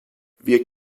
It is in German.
wir